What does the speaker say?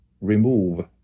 remove